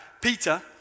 Peter